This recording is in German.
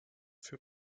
für